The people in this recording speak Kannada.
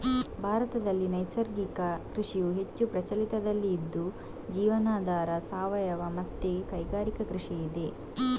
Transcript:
ಭಾರತದಲ್ಲಿ ನೈಸರ್ಗಿಕ ಕೃಷಿಯು ಹೆಚ್ಚು ಪ್ರಚಲಿತದಲ್ಲಿ ಇದ್ದು ಜೀವನಾಧಾರ, ಸಾವಯವ ಮತ್ತೆ ಕೈಗಾರಿಕಾ ಕೃಷಿ ಇದೆ